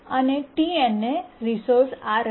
અને Tn ને resource Rn